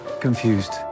confused